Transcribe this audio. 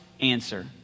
answer